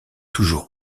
toujours